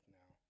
now